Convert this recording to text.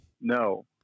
No